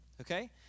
Okay